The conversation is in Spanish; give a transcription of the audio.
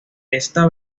esta